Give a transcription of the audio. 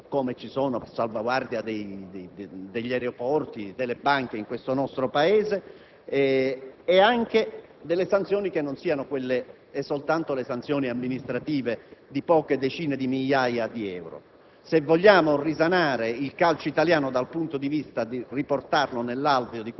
non troviamo un termine italiano per definire funzioni di polizia privata, come ci sono a salvaguardia degli aeroporti e delle banche nel nostro Paese) e anche le sanzioni, che non siano soltanto quelle di tipo amministrativo che ammontano a poche decina di migliaia di euro.